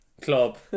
Club